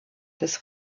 des